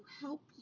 help